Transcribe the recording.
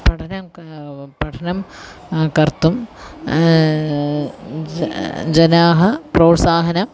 पठनं पठनं कर्तुं ज जनाः प्रोत्साहनम्